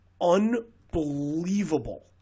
unbelievable